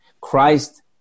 Christ